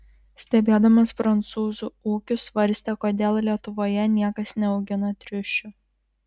stebėdamas prancūzų ūkius svarstė kodėl lietuvoje niekas neaugina triušių